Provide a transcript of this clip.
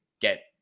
get